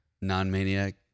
non-maniac